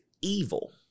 evil